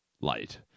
light